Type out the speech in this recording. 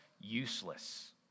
useless